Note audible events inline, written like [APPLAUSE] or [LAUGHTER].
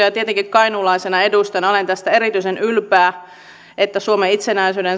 [UNINTELLIGIBLE] ja tietenkin kainuulaisena edustajana olen tästä erityisen ylpeä että suomen itsenäisyyden [UNINTELLIGIBLE]